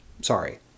Sorry